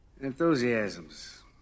Enthusiasms